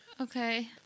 Okay